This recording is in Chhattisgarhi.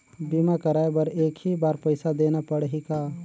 बीमा कराय बर एक ही बार पईसा देना पड़ही का?